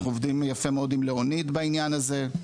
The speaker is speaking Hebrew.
אנחנו עובדים יפה מאוד עם לאוניד בעניין הזה,